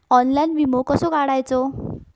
Online विमो कसो काढायचो?